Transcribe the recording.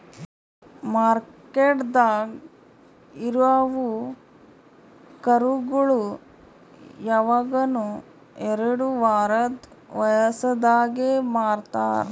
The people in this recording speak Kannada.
ಮಾರ್ಕೆಟ್ದಾಗ್ ಇರವು ಕರುಗೋಳು ಯವಗನು ಎರಡು ವಾರದ್ ವಯಸದಾಗೆ ಮಾರ್ತಾರ್